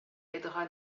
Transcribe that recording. aidera